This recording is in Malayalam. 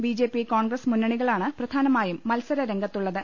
ബിജെപി കോൺഗ്രസ് മുന്നണികളാണ് പ്രധാനമായും മത്സരരം ഗത്തുളളത്